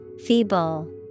Feeble